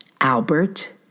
Albert